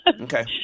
Okay